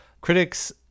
Critics